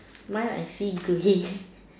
mine I see grey